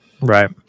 Right